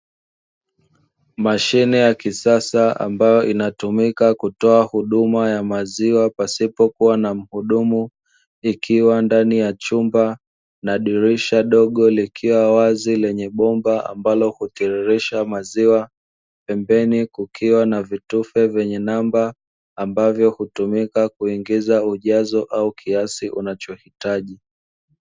Mashine ya kisasa ambayo inatumika kutoa huduma ya maziwa pasipokuwa na muhudumu, ikiwa ndani ya chumba na dirisha dogo lilikiwa wazi, lenye bomba ambalo hutiririsha maziwa, pembeni kukiwa na vitufe vyenye namba ambazo hutumika kuingiza ujazo au kiasi unachohitaji.